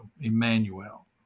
Emmanuel